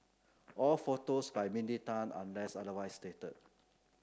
all photos by Mindy Tan unless otherwise stated